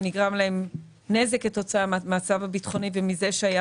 ונגרם להם נזק כתוצאה מהמצב הביטחוני מכיוון שהיה